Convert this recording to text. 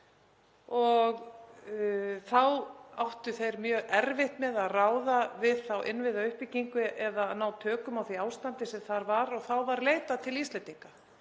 og þá áttu þeir mjög erfitt með að ráða við þá innviðauppbyggingu eða ná tökum á því ástandi sem þar var. Þá var leitað til Íslendinga